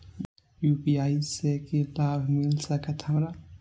UPI से की लाभ मिल सकत हमरा?